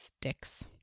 sticks